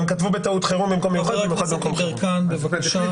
הם כתבו בטעות "חירום" במקום --- חבר הכנסת יברקן בבקשה,